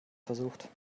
versucht